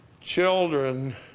children